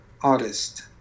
artist